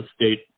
state